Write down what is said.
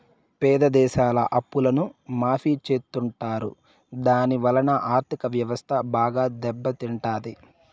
పేద దేశాల అప్పులను మాఫీ చెత్తుంటారు దాని వలన ఆర్ధిక వ్యవస్థ బాగా దెబ్బ తింటాది